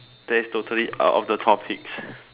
that is totally out of the topics